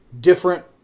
different